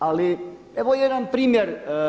Ali evo jedan primjer.